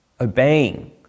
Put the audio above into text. Obeying